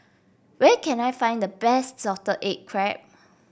where can I find the best Salted Egg Crab